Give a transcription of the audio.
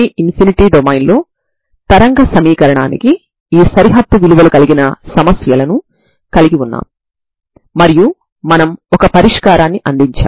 ఇది ab domain లో తరంగ సమీకరణం యొక్క పరిష్కారం అవుతుంది